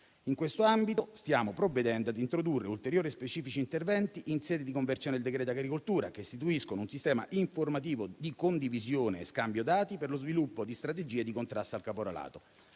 In questo ambito stiamo provvedendo ad introdurre ulteriori e specifici interventi in sede di conversione del decreto agricoltura, che istituiscono un sistema informativo di condivisione e scambio dati per lo sviluppo di strategie di contrasto al caporalato.